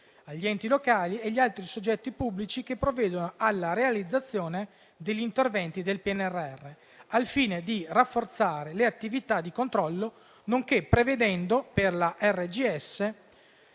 agli enti locali e agli altri soggetti pubblici che provvedono alla realizzazione degli interventi del PNRR al fine di rafforzare le attività di controllo, nonché prevedendo per la RGS